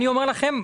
אני אומר לכם,